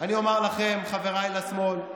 אני אומר לכם, חבריי מהשמאל,